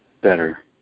better